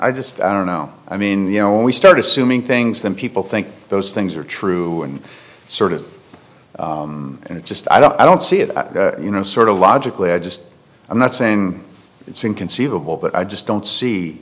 i just i don't know i mean you know when we start assuming things then people think those things are true and sort of just i don't i don't see it you know sort of logically i just i'm not saying it's inconceivable but i just don't see